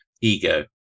ego